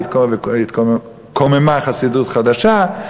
וקוממו חסידות חדשה,